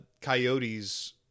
coyotes